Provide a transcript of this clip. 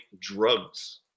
drugs